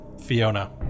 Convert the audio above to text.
Fiona